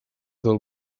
del